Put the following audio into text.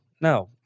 no